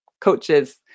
coaches